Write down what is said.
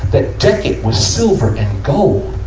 that deck it with silver and gold